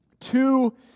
Two